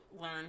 learn